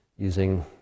Using